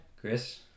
Chris